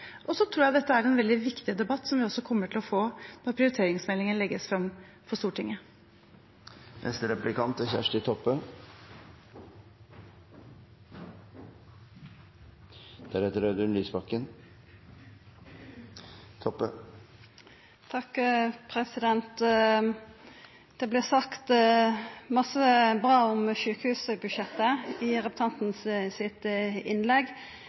tror dette er en veldig viktig debatt, som vi også kommer til å få når prioriteringsmeldingen legges fram for Stortinget. Det vart sagt mykje bra om sjukehusbudsjettet i innlegget til representanten. Men i Bergens Tidende den 10. desember seier administrerande direktør i